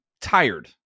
tired